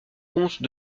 comte